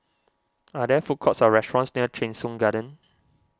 are there food courts or restaurants near Cheng Soon Garden